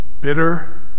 bitter